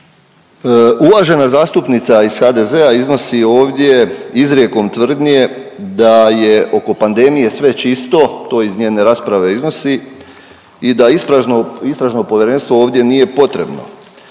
Uvažena zastupnica iz HDZ-a iznosi ovdje izrijekom tvrdnje da je oko pandemije sve čisto to iz njene rasprave iznosi i da istražno povjerenstvo ovdje nije potrebno,